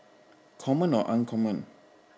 common or uncommon